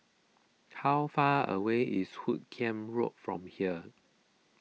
how far away is Hoot Kiam Road from here